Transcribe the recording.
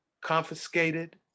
confiscated